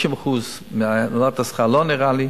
50% העלאת השכר, לא נראה לי.